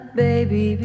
baby